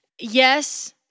yes